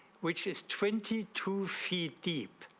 which is twenty two feet deep.